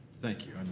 thank you, um